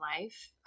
life